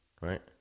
Right